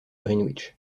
greenwich